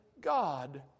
God